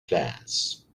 plants